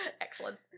Excellent